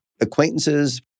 acquaintances